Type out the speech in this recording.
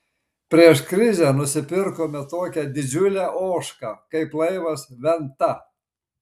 prieš krizę nusipirkome tokią didžiulę ožką kaip laivas venta